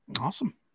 awesome